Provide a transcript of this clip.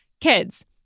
kids